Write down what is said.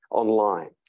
online